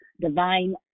divine